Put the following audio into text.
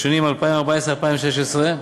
בשנים 2014 2016,